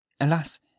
alas